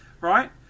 Right